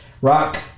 rock